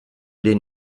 den